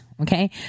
Okay